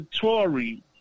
Tory